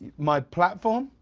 my platform?